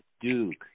duke